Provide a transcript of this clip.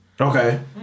Okay